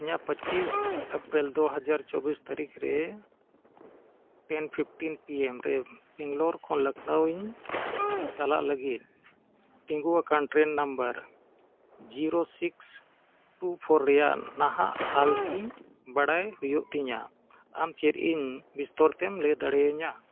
ᱤᱧᱟᱹᱜ ᱯᱚᱸᱪᱤᱥ ᱮᱯᱨᱤᱞ ᱫᱩ ᱦᱟᱡᱟᱨ ᱪᱚᱵᱵᱤᱥ ᱛᱟᱹᱨᱤᱠᱷ ᱨᱮ ᱴᱮᱱ ᱯᱷᱤᱯᱴᱤᱱ ᱯᱤ ᱮᱢ ᱨᱮ ᱵᱮᱝᱜᱟᱞᱳᱨ ᱠᱷᱚᱱ ᱞᱚᱠᱠᱷᱱᱳ ᱤᱧ ᱪᱟᱞᱟᱜ ᱞᱟᱹᱜᱤᱫ ᱛᱤᱸᱜᱩ ᱟᱠᱟᱱ train number zero six two four ᱨᱮᱱᱟᱜ ᱱᱟᱦᱟᱜ ᱦᱟᱞᱚᱛᱤᱧ ᱵᱟᱰᱟᱭ ᱦᱩᱭᱩᱜ ᱛᱤᱧᱟᱹ ᱟᱢ ᱪᱮᱫ ᱤᱧ ᱵᱤᱥᱛᱟᱨᱮᱢ ᱞᱟᱹᱭ ᱫᱟᱲᱮᱭᱟᱹᱧᱟᱹ